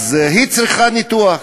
אז היא צריכה ניתוח.